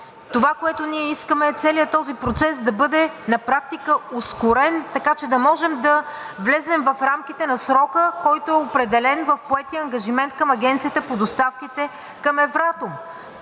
Това, което ние искаме, е целият този процес да бъде на практика ускорен, така че да можем да влезем в рамките на срока, който е определен в поетия ангажимент към Агенцията по доставките към Евратом.